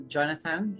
Jonathan